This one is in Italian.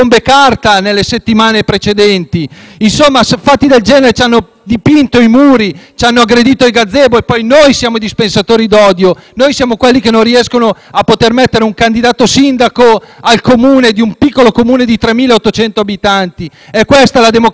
dipinto i muri; ci hanno aggredito i gazebo. E poi noi siamo dispensatori d'odio? Noi siamo quelli che non riescono a poter mettere un candidato sindaco in un piccolo Comune di 3.800 abitanti. È questa la democrazia del 2019 del Paese Italia? Io mi vergogno di queste cose.